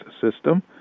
system